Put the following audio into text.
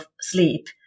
sleep